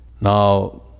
Now